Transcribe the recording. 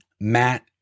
Matt